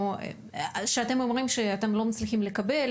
שאתם אומרים שאתם לא מצליחים לקבל,